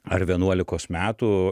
ar vienuolikos metų